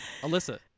Alyssa